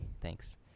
Thanks